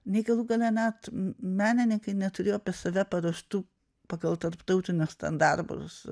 nei galų gale net menininkai neturėjo apie save paruoštų pagal tarptautinius ten darbus